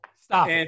Stop